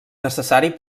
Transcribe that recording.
necessari